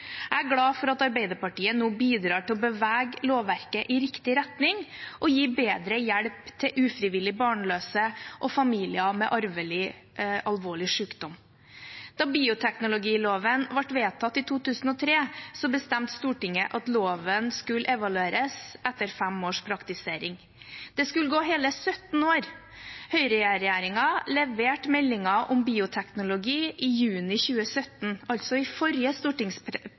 Jeg er glad for at Arbeiderpartiet nå bidrar til å bevege lovverket i riktig retning og gi bedre hjelp til ufrivillig barnløse og familier med arvelig alvorlig sykdom. Da bioteknologiloven ble vedtatt i 2003, bestemte Stortinget at loven skulle evalueres etter fem års praktisering. Det skulle gå hele 17 år. Høyreregjeringen leverte meldingen om bioteknologi i juni 2017, altså i forrige